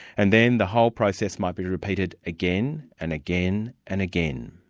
and then the whole process might be repeated again, and again, and again.